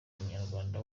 munyarwanda